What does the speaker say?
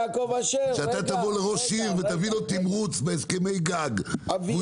שאתה תבוא לראש עיר ותביא לו תימרוץ בהסכמי גג והוא